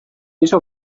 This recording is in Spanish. yeso